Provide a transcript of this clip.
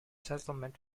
settlement